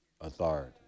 authority